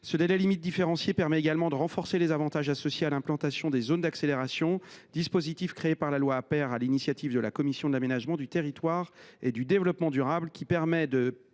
Ce délai limite différencié permet également de renforcer les avantages associés à l’implantation des zones d’accélération, dispositif créé par la loi Aper sur l’initiative de la commission de l’aménagement du territoire et du développement durable et qui place le